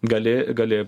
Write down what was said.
gali gali